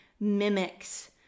mimics